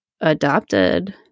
adopted